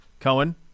Cohen